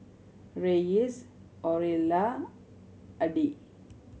Reyes Aurilla Addie